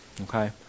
Okay